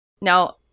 Now